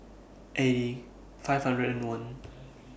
eighty five Zero one